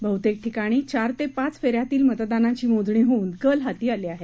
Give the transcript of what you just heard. बह्तेक ठिकाणी चार ते पाच फे यातली मतदानाची मोजणी होऊन कल हाती आले आहेत